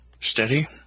steady